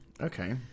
okay